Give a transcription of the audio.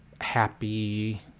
happy